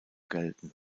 gelten